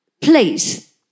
place